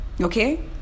okay